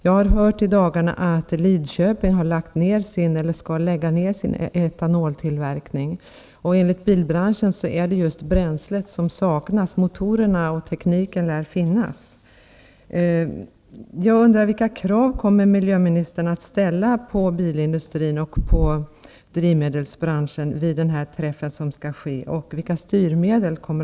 Jag har i dagarna hört att Lidköping skall lägga ned sin etanoltillverkning. Enligt bilbranschen är det just bränslet som saknas. Motorerna och teknikerna lär finnas. Jag undrar: Vilka krav kommer miljöministern att ställa på bilindustrin och på drivmedelsbranschen vid det möte som skall hållas? Vilka styrmedel kommer att användas? Är tidsangivelsen år 2000 realistisk? I så fall gratulerar jag.